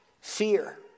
fear